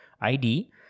ID